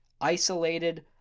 isolated